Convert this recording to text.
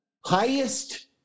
Highest